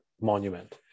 monument